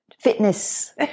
fitness